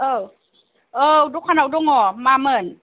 औ औ दखानाव दङ मामोन